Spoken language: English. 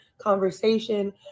conversation